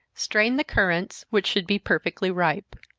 strain the currants, which should be perfectly ripe.